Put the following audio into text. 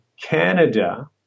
Canada